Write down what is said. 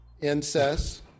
incest